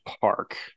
Park